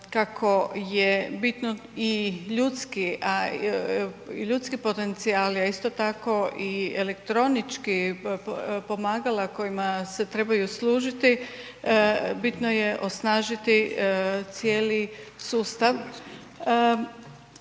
a, i ljudski potencijali, a isto tako i elektronički, pomagala kojima se trebaju služiti, bitno je osnažiti cijeli sustav.